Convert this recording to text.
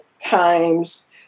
times